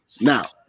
Now